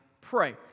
pray